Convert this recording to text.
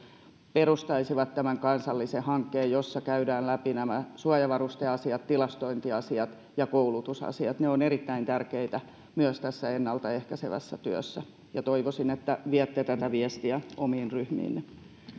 perustaisivat kansallisen hankkeen jossa käydään läpi suojavarusteasiat tilastointiasiat ja koulutusasiat ne ovat erittäin tärkeitä myös tässä ennalta ehkäisevässä työssä toivoisin että viette tätä viestiä omiin ryhmiinne